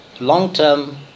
long-term